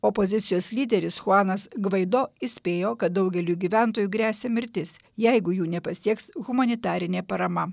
opozicijos lyderis chuanas gvaido įspėjo kad daugeliui gyventojų gresia mirtis jeigu jų nepasieks humanitarinė parama